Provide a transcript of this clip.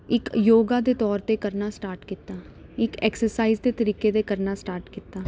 ਇੱਕ ਯੋਗਾ ਦੇ ਤੌਰ 'ਤੇ ਕਰਨਾ ਸਟਾਰਟ ਕੀਤਾ ਇੱਕ ਐਕਸਰਸਾਈਜ਼ ਦੇ ਤਰੀਕੇ 'ਤੇ ਕਰਨਾ ਸਟਾਰਟ ਕੀਤਾ